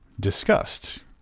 discussed